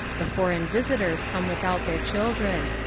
the foreign visitors come without their children.